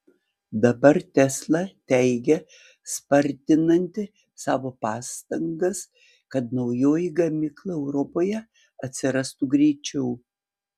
dabar tesla teigia spartinanti savo pastangas kad naujoji gamykla europoje atsirastų greičiau